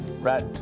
right